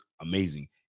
amazing